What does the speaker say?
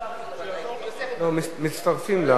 מצטרפים.